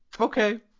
okay